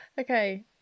Okay